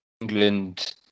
England